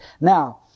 Now